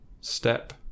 step